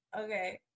okay